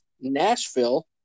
Nashville